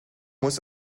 muss